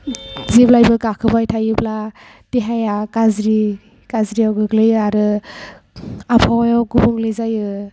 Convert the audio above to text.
जेब्लायबो गाखोबाय थायोब्ला देहाया गाज्रियाव गोग्लैयो आरो आबहावायाव गुबुंले जायो